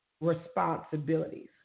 responsibilities